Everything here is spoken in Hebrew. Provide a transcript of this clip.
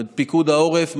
פיקוד העורף,